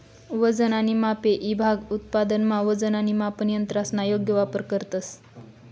वजन आणि मापे ईभाग उत्पादनमा वजन आणि मापन यंत्रसना योग्य वापर करतंस